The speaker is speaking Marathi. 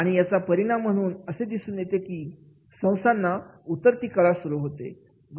आणि याचा परिणाम म्हणून असे दिसून येते की संस्थांना उतरती कळा सुरू होते